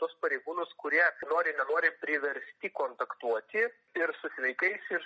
tuos pareigūnus kurie nori nenori priversti kontaktuoti ir su sveikais ir